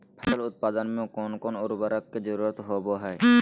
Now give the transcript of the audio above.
फसल उत्पादन में कोन कोन उर्वरक के जरुरत होवय हैय?